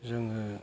जोङो